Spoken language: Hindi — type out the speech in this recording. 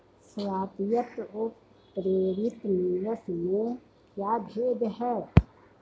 स्वायत्त व प्रेरित निवेश में क्या भेद है?